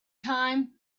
time